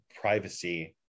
privacy